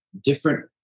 different